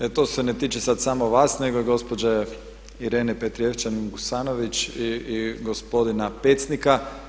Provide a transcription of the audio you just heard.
To se ne tiče sad samo vas nego i gospođe Irene Petrijevčanin Vuksanović i gospodina Pecnika.